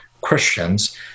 Christians